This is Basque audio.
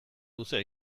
luzea